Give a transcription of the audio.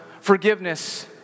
forgiveness